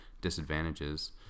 disadvantages